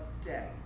day